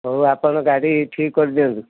ହଉ ଆପଣ ଗାଡ଼ି ଠିକ୍ କରି ଦିଅନ୍ତୁ